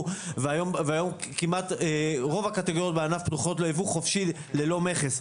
והיום כמעט רוב הקטגוריות בענף פתוחות ליבוא חופשי ללא מכס.